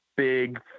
Big